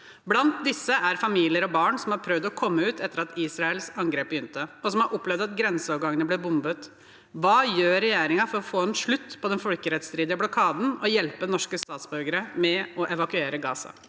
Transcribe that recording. Blant disse er familier og barn som har prøvd å komme ut etter at Israels angrep begynte, og som har opplevd at grenseovergangene ble bombet. Hva gjør regjeringen for å få en slutt på den folkerettsstridige blokaden og hjelpe norske statsborgere med å evakuere fra